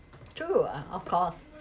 true of course